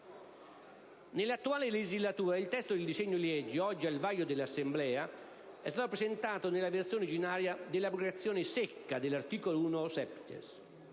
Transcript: Nell'attuale legislatura il testo del disegno di legge, oggi al vaglio dell'Assemblea, è stato presentato nella versione originaria dell'abrogazione secca dell'articolo 1-*septies.*